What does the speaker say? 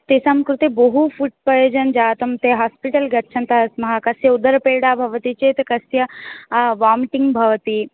तेषां कृते बहु फ़ुड् पोय्सन् जातं ते होस्पिटल् गच्छन्तः स्मः कस्य उदरपीडा भवति चेत् कस्य वोमिटिङ्ग् भवति